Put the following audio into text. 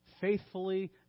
faithfully